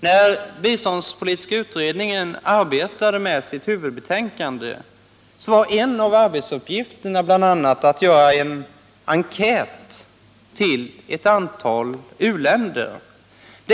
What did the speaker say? När den biståndspolitiska utredningen arbetade med sitt huvudbetänkande var en av arbetsuppgifterna att göra en enkät till ett antal u-länder.